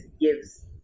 gives